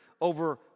over